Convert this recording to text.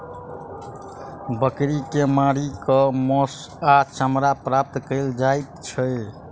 बकरी के मारि क मौस आ चमड़ा प्राप्त कयल जाइत छै